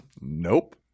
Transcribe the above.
Nope